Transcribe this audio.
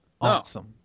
Awesome